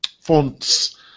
fonts